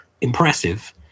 impressive